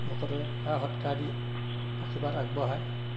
ভকতে সেৱা সৎকাৰ দি আশীৰ্বাদ আগবঢ়ায়